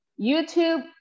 YouTube